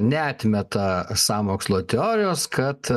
neatmeta sąmokslo teorijos kad